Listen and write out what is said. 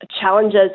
challenges